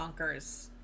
bonkers